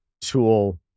tool